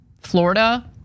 Florida